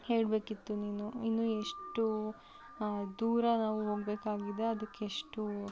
ಹೇಳ್ಬೇಕಿತ್ತು ನೀನು ಇನ್ನೂ ಎಷ್ಟು ದೂರ ನಾವು ಹೋಗ್ಬೇಕಾಗಿದೆ ಅದಕ್ಕೆಷ್ಟು